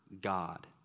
God